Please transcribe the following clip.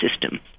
system